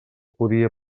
podia